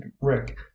rick